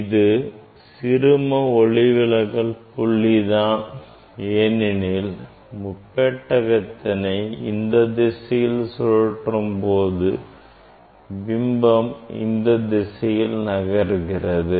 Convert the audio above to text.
இது சிறும ஒளிவிலகல் புள்ளிதான் ஏனெனில் முப்பெட்டகத்திணை இத்திசையில் சுழற்றும் போது பிம்பம் இந்தத் திசையில் நகர்கிறது